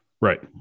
Right